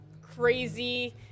crazy